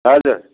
हजुर